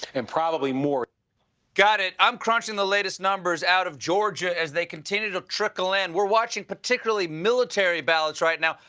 and probably more. stephen got it. i'm crunching the latest numbers out of georgia, as they continue to trickle in. we're watching particularly military ballots right now.